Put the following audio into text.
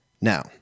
Now